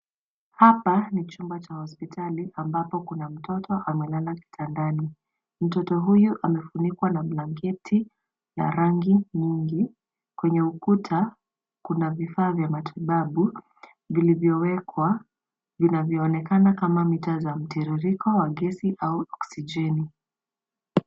Hapa ni chumba cha hospitali amabpo kuna mtoto amelala kitandani. Mtoto huyu amefunikwa na blanketi la rangi nyingi. Kwenye ukuta kuna vifaa vya matibabu vilivyo wekwa vinavyoonekana kama mita za mtiririko wa gesi au oksijeni.